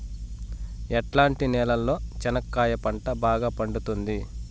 ఎట్లాంటి నేలలో చెనక్కాయ పంట బాగా పండుతుంది?